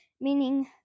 Meaning